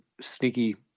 sneaky